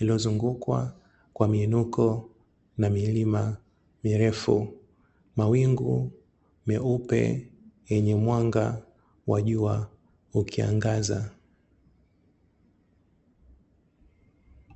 iliyozungukwa kwa miinuko na milima mirefu, mawingu meupe yenye mwanga wa jua ukiangaza.